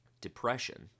Depression